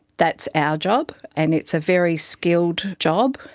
that's our job, and it's a very skilled job,